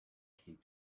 keep